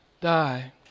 die